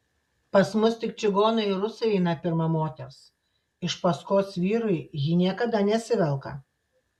pas mus tik čigonai ir rusai eina pirma moters iš paskos vyrui ji niekada nesivelka